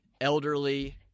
elderly